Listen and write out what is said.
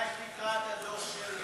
כדאי שתקרא את הדוח של נגידת בנק ישראל.